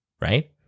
Right